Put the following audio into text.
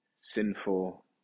sinful